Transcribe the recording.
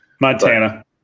Montana